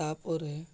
ତାପରେ